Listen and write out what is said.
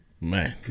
Man